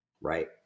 right